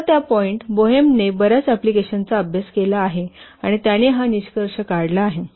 तर त्या point Boehm ने बर्याच अप्लिकेशनचा अभ्यास केला आहे आणि त्याने हा निष्कर्ष काढला आहे